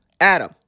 Adam